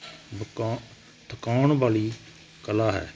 ਮਕਾਉਣ ਥਕਾਉਣ ਵਾਲੀ ਕਲਾ ਹੈ